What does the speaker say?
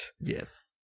Yes